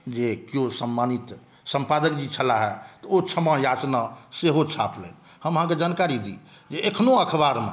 जे केओ सम्मानित सम्पादक जी छलाहे तऽ ओ क्षमायाचना सेहो छापलनि हम अहाँके जानकारी दी जे एखनो अखबारमे